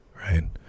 right